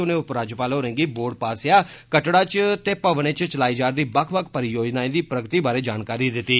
उनें उपराज्यपाल होरें गी बोर्ड पास्सेआ कटड़ा इच ते भवन इच चलाई जा'रदी बक्ख बक्ख परियोजनाएं दी प्रगति बारै जानकारी दित्ती